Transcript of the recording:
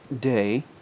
Day